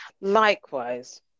likewise